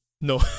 No